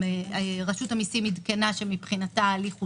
רשות המיסים עדכנה שמבחינה ההליך הושלם,